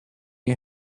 you